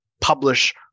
publish